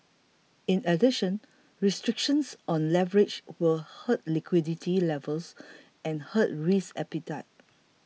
in addition restrictions on leverage will hurt liquidity levels and hurt risk appetite